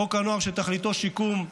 חוק הנוער, שתכליתו שיקום,